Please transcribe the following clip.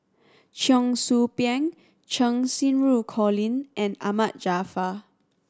Cheong Soo Pieng Cheng Xinru Colin and Ahmad Jaafar